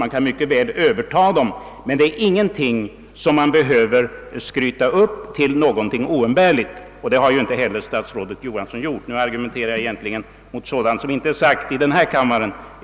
Man kan mycket väl överta dessa, men de är inte något som skrytsamt skall framställas som oumbärligt. Detta har ju inte heller statsrådet Johansson gjort — jag argumenterar nu egentligen mot sådant som har sagts utanför denna kammare.